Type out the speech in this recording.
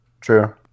True